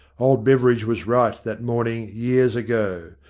old beveridge was right that morning years ago.